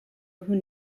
who